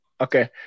Okay